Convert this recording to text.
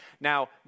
Now